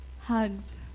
hugs